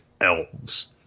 elves